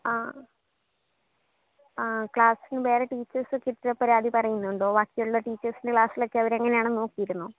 ആ ആ ക്ലാസ്സിന് വേറെ ടീച്ചേഴ്സ് ഒക്കെ ഇത്ര പരാതി പറയുന്നുണ്ടോ ബാക്കിയുള്ള ടീച്ചേഴ്സിന് ക്ലാസ്സിലൊക്കെ അവർ എങ്ങനെയാണെന്ന് നോക്കിയിരുന്നോ